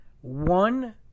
One